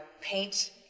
paint